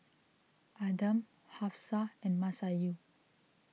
Adam Hafsa and Masayu